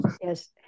yes